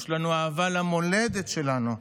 יש לנו אהבה למולדת שלנו,